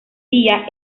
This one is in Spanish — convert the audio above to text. día